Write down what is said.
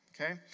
Okay